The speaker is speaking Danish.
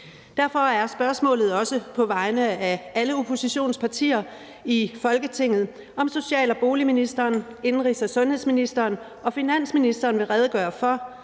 Derfor er spørgsmålet også på vegne af alle oppositionspartier i Folketinget, om social- og boligministeren, indenrigs- og sundhedsministeren og finansministeren vil redegøre for,